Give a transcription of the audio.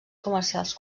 comercials